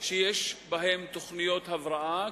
שיש בהן תוכניות הבראה,